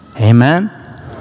Amen